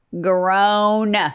grown